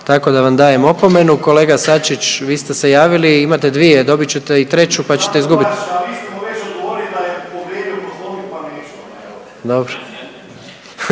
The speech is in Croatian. tako da vam dajem opomenu. Kolega Sačić, vi ste se javili. Imate dvije, dobit ćete i treću pa ćete izgubiti.